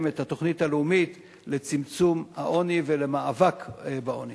את התוכנית הלאומית לצמצום העוני ולמאבק בעוני.